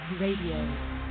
Radio